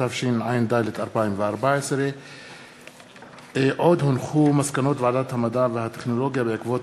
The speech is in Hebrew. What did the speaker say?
התשע"ד 2014. מסקנות ועדת המדע והטכנולוגיה בעקבות